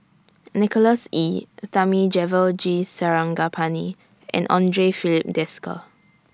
Nicholas Ee Thamizhavel G Sarangapani and Andre Filipe Desker